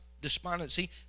despondency